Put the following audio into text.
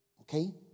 okay